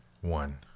One